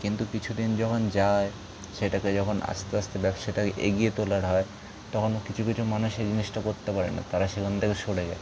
কিন্তু কিছু দিন যখন যায় সেটাতে যখন আস্তে আস্তে ব্যবসাটা এগিয়ে তোলার হয় তখন কিছু কিছু মানুষ সেই জিনিসটা করতে পারে না তারা সেখান থেকে সরে যায়